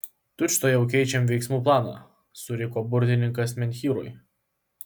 tučtuojau keičiam veiksmų planą suriko burtininkas menhyrui